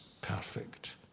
perfect